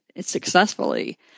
successfully